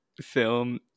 film